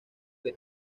que